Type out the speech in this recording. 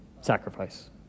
Sacrifice